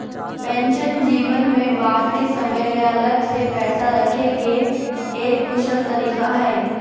pension जीवन में बाद के समय ले अलग से पैसा रखे के एक कुशल तरीका हय